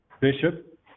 bishop